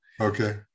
Okay